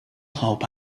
hope